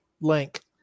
Link